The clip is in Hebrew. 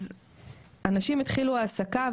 אז אנשים התחילו העסקה,